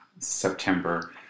September